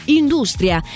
industria